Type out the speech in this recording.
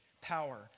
power